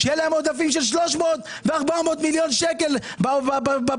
שיהיו להם עודפים של 300 ו-400 מיליון שקל בשוטף,